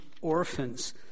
orphans